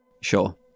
Sure